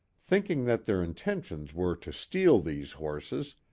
thinking that their intentions were to steal these horses,